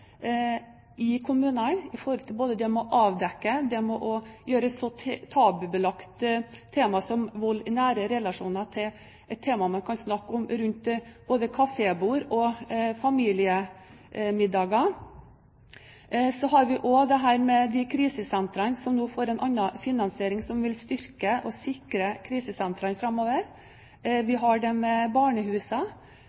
i kommunene når det gjelder både det å avdekke og det å gjøre så tabubelagte tema som vold i nære relasjoner til et tema man kan snakke om både rundt kafébord og i familiemiddager. Så har vi krisesentrene, som nå får en annen finansiering, som vil styrke og sikre dem framover. Vi